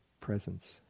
presence